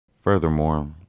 furthermore